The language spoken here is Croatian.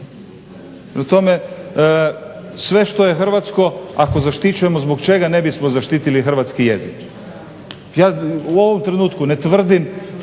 sve što je hrvatsko ako zaštićujemo zbog čega ne bismo zaštitili hrvatski jezik? Ja u ovom trenutku ne tvrdim